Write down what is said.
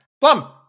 Plum